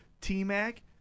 T-Mac